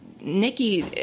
Nikki